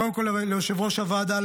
קודם כול ליושב-ראש הוועדה,